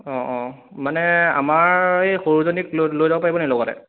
অঁ অঁ মানে আমাৰ এই সৰুজনীক লৈ লৈ যাব পাৰিব নি লগতে